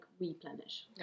replenish